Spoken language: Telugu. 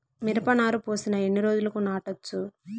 మిరప నారు పోసిన ఎన్ని రోజులకు నాటచ్చు?